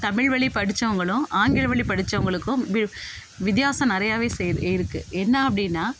தமிழ்வழி படித்தவங்களும் ஆங்கில வழி படித்தவங்களுக்கும் வித்தியாசம் நிறையவே செய்து இருக்குது என்ன அப்படின்னா